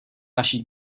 naší